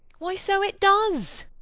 why, so it does.